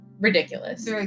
ridiculous